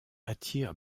attire